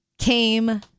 came